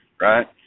right